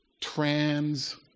trans